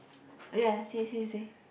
ya say say say